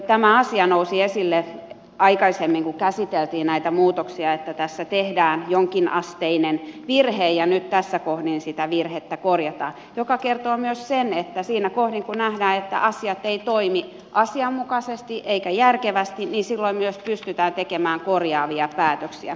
tämä asia nousi esille jo aikaisemmin kun käsiteltiin näitä muutoksia että tässä tehdään jonkinasteinen virhe ja nyt tässä kohdin sitä virhettä korjataan mikä kertoo myös siitä että siinä kohdin kun nähdään että asiat eivät toimi asianmukaisesti eivätkä järkevästi myös pystytään tekemään korjaavia päätöksiä